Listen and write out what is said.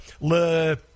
le